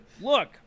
Look